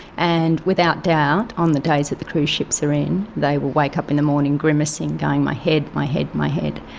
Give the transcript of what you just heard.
and without doubt on the days that the cruise ships are in they will wake up in the morning grimacing, going my head, my head, my head'.